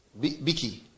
Biki